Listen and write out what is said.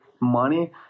money